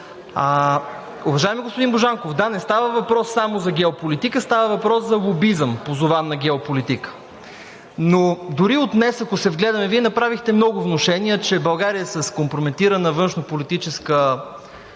Уважаеми господин Божанков, да, не става въпрос само за геополитика, става въпрос за лобизъм, позован на геополитика. Но дори от днес, ако се вгледаме, Вие направихте много внушения, че България е с компрометирана външнополитическа